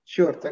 Sure